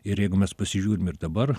ir jeigu mes pasižiūrim ir dabar